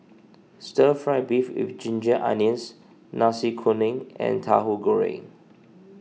Stir Fry Beef with Ginger Onions Nasi Kuning and Tahu Goreng